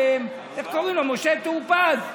משה טור פז,